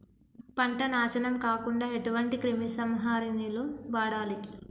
పంట నాశనం కాకుండా ఎటువంటి క్రిమి సంహారిణిలు వాడాలి?